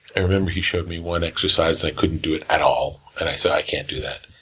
i remember, he showed me one exercise, i couldn't do it at all, and i said, i can't do that.